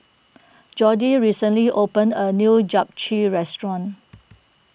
Jordi recently opened a new Japchae restaurant